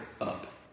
up